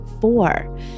four